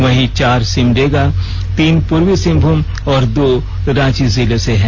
वहीं चार सिमडेगा तीन पूर्वी सिंहभूम और दो रांची जिले से हैं